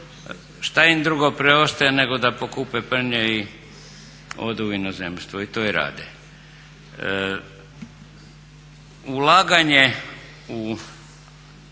šta im drugo preostaje nego da pokupe prnje i odu u inozemstvo i to i rade. Ulaganje u